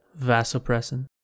vasopressin